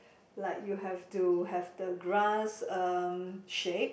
like you have to have to grass um shape